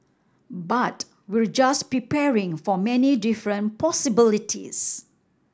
but we're just preparing for many different possibilities